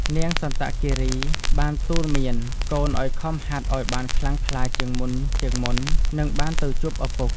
នាងសន្តគីរី បានទូន្មានកូនឱ្យខំហាត់ឱ្យបានខ្លាំងក្លាជាងមុនៗនឹងបានទៅជួបឪពុក។